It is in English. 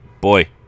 boy